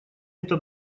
это